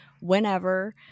whenever